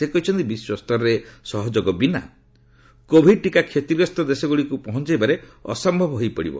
ସେ କହିଚ୍ଚନ୍ତି ବିଶ୍ୱସ୍ତରରେ ସହଯୋଗ ବିନା କୋଭିଡ ଟିକା କ୍ଷତିଗ୍ରସ୍ତ ଦେଶଗୁଡ଼ିକୁ ପହଞ୍ଚାଇବାରେ ଅସମ୍ଭବ ହୋଇପଡିବ